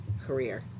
career